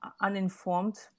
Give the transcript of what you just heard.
uninformed